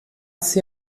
sie